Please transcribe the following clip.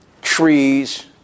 trees